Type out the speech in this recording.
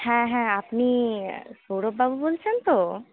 হ্যাঁ হ্যাঁ আপনি সৌরভবাবু বলছেন তো